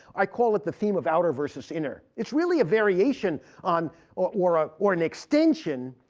i call it the theme of outer versus inner. it's really a variation on or ah or an extension